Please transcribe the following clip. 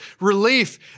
relief